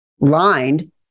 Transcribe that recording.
lined